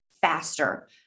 faster